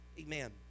Amen